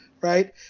Right